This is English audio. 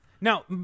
Now